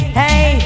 hey